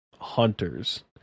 hunters